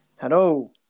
Hello